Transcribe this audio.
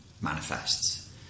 manifests